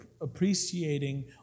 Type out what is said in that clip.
appreciating